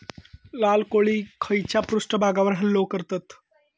लाल कोळी खैच्या पृष्ठभागावर हल्लो करतत?